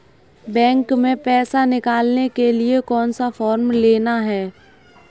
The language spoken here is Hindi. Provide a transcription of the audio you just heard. बैंक में पैसा निकालने के लिए कौन सा फॉर्म लेना है?